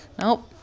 Nope